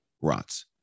rots